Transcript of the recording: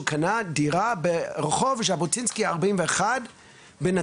הוא קנה דירה ברחוב ז'בוטינסקי 41 בנתניה.